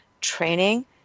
training